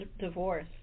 divorce